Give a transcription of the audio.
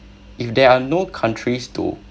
if there are no countries to